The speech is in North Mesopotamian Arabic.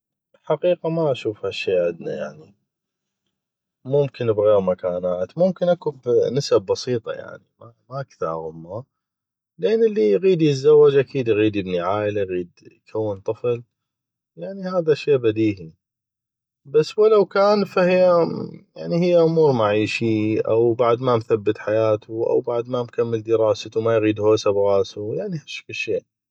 الحقيقه ما اشوف هالشي عدنا يعني ممكن اكو بغيغ مكانات ممكن اكو بنسب بسيطه يعني ما كثيغ همه يعني اللي يغيد يتزوج اكيد يغيد يبني عائلة يغيد طفل هيه انو بديهي بس ولو كان ف هيه امور معيشي أو بعد ما مثبت حياتو ما مكمل دراستو ما يغيد هوسه بغاسو يعني هشكل شي